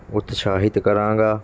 ਉਤਸ਼ਾਹਿਤ ਕਰਾਂਗਾ